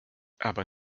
aber